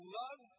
love